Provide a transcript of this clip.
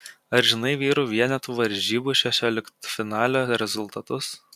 ar žinai vyrų vienetų varžybų šešioliktfinalio rezultatus